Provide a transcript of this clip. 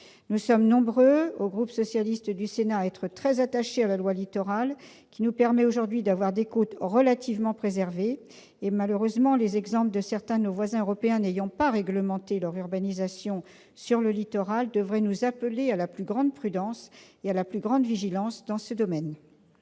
Nous sommes nombreux, au groupe socialiste du Sénat, à être très attachés à la loi Littoral, qui nous permet aujourd'hui d'avoir des côtes relativement préservées. Les exemples malheureux de certains de nos voisins européens n'ayant pas réglementé leur urbanisation sur le littoral devraient nous inciter à la plus grande prudence et à la plus grande vigilance en la matière.